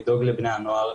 לדאוג לבני הנוער.